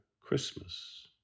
Christmas